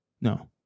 No